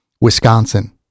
wisconsin